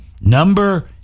Number